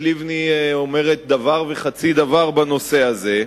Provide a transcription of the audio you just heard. לבני אומרת דבר וחצי דבר בנושא הזה.